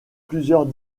plusieurs